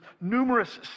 numerous